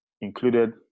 Included